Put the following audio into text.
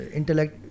intellect